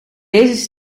deze